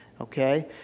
okay